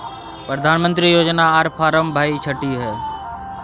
प्रधानमंत्री योजना आर फारम भाई छठी है?